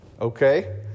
Okay